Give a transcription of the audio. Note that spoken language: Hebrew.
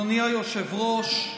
אדוני היושב-ראש,